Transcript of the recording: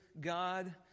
god